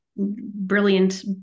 brilliant